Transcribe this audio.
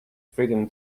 freedom